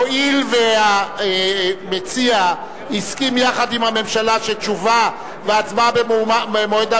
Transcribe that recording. הואיל והמציע הסכים יחד עם הממשלה שתשובה והצבעה במועד אחר,